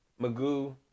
Magoo